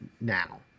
Now